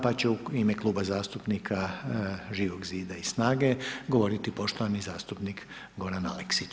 Pa će u ime Kluba zastupnika Živog zida i SNAGA-e govoriti poštovani zastupnik Goran Aleksić.